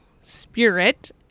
spirit